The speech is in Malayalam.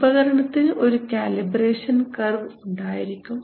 ഉപകരണത്തിന് ഒരു കാലിബ്രേഷൻ കർവ് ഉണ്ടായിരിക്കും